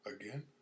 Again